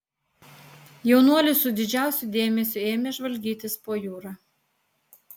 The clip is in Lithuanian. jaunuolis su didžiausiu dėmesiu ėmė žvalgytis po jūrą